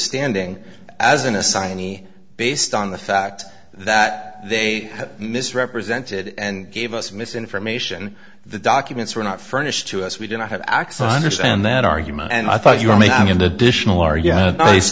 standing as an aside any based on the fact that they misrepresented and gave us misinformation the documents were not furnished to us we did not have access on the stand that argument and i thought you were